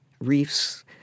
reefs